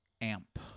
Amp